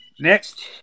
Next